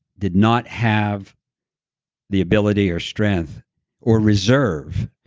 did not have the ability or strength or reserve,